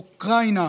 אוקראינה,